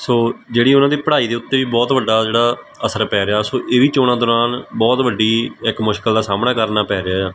ਸੋ ਜਿਹੜੀ ਉਹਨਾਂ ਦੀ ਪੜ੍ਹਾਈ ਦੇ ਉੱਤੇ ਵੀ ਬਹੁਤ ਵੱਡਾ ਜਿਹੜਾ ਅਸਰ ਪੈ ਰਿਹਾ ਸੋ ਇਹ ਵੀ ਚੋਣਾਂ ਦੌਰਾਨ ਬਹੁਤ ਵੱਡੀ ਇੱਕ ਮੁਸ਼ਕਿਲ ਦਾ ਸਾਹਮਣਾ ਕਰਨਾ ਪੈ ਰਿਹਾ